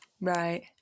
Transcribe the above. right